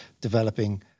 developing